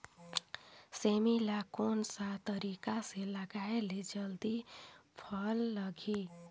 सेमी ला कोन सा तरीका से लगाय ले जल्दी फल लगही?